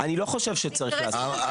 אני לא חושב שצריך לעשות את זה.